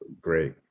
great